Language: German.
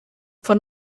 von